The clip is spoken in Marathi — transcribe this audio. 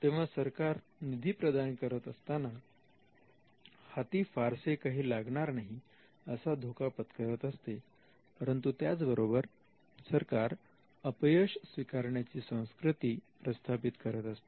तेव्हा सरकार निधी प्रदान करत असताना हाती फारसे काही लागणार नाही असा धोका पत्करत असते परंतु त्याचबरोबर सरकार अपयशी स्वीकारण्याची संस्कृती प्रस्थापित करत असते